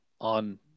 on